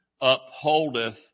upholdeth